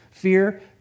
fear